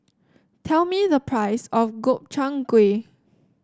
tell me the price of Gobchang Gui